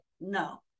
no